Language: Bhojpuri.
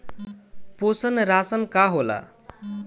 पोषण राशन का होला?